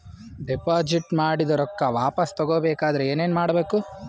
Deposit ಮಾಡಿದ ರೊಕ್ಕ ವಾಪಸ್ ತಗೊಬೇಕಾದ್ರ ಏನೇನು ಕೊಡಬೇಕು?